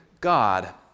God